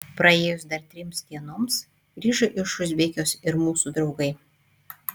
praėjus dar trims dienoms grįžo iš uzbekijos ir mūsų draugai